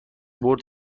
برد